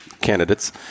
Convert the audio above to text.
candidates